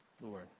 Lord